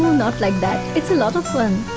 not like that. it's a lot of fun.